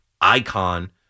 icon